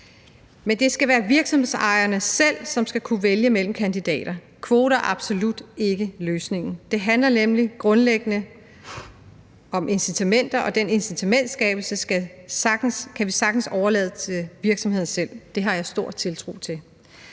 Men det skal være virksomhedsejerne selv, som skal kunne vælge mellem kandidater. Kvoter er absolut ikke løsningen. Det handler nemlig grundlæggende om incitamenter, og den incitamentskabelse kan vi sagtens overlade til virksomhederne selv. Det har jeg stor tiltro til.